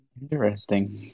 interesting